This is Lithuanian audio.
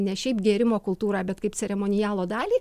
ne šiaip gėrimo kultūrą bet kaip ceremonialo dalį